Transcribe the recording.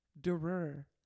Durer